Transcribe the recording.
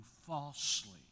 falsely